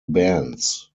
bands